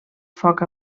foc